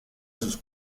sus